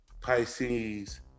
Pisces